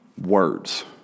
words